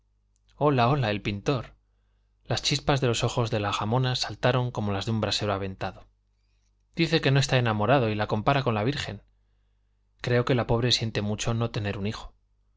hola hola el pintor las chispas de los ojos de la jamona saltaron como las de un brasero aventado dice que no está enamorado y la compara con la virgen creo que la pobre siente mucho no tener un hijo